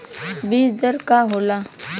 बीज दर का होला?